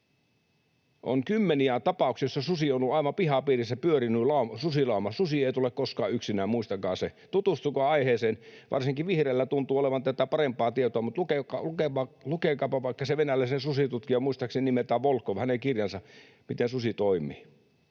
On kymmeniä tapauksia, joissa susi on ollut aivan pihapiirissä, susilauma pyörinyt — susi ei tule koskaan yksinään, muistakaa se, tutustukaa aiheeseen. Varsinkin vihreillä tuntuu olevan tätä parempaa tietoa, mutta lukekaapa vaikka sen venäläisen susitutkijan — muistaakseni nimeltään Bologov — kirja siitä, miten susi toimii.